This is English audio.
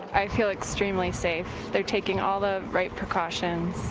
i feel extremely safe. they are taking all the right precaution,